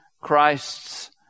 Christ's